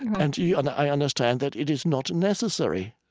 and yeah and i understand that it is not necessary.